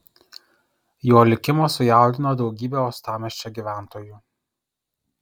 jo likimas sujaudino daugybę uostamiesčio gyventojų